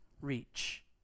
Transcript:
reach